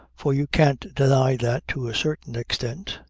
for you can't deny that to a certain extent.